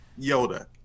Yoda